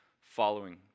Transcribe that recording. following